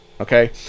Okay